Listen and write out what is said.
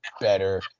better